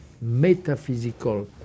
metaphysical